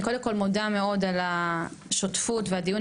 אני קודם כל מודה מאוד על השותפות והדיון